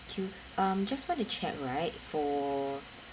mm just want to check right for